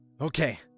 Okay